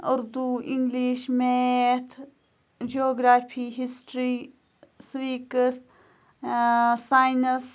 Urdu English math geography history civics science